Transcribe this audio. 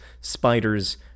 spiders